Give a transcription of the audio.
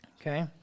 Okay